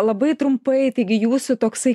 labai trumpai taigi jūsų toksai